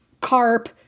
carp